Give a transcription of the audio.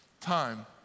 time